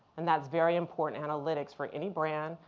and that's very important analytics for any brand,